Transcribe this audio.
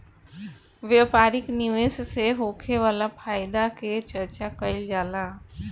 व्यापारिक निवेश से होखे वाला फायदा के चर्चा कईल जाला